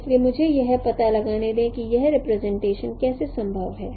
इसलिए मुझे यह पता लगाने दें कि यह रिप्रेजेंटेशन कैसे संभव है